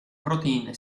proteine